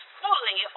fully